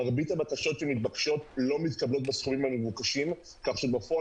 מרבית הבקשות שמתבקשות לא מתקבלות בסכומים המבוקשים כך שבפועל